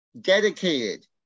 Dedicated